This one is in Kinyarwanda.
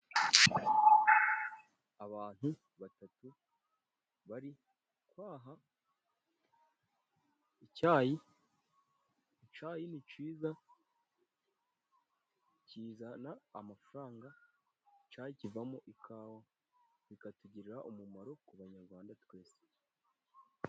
Abantu batatu bari kwaha icyayi. Icyayi ni cyiza, kizana amafaranga, icyayi kivamo ikawa bikatugirira umumaro ku banyarwanda twese.